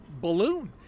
balloon